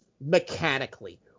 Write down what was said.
mechanically